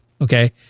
okay